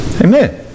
Amen